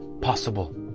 possible